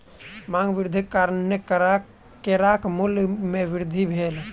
मांग वृद्धिक कारणेँ केराक मूल्य में वृद्धि भेल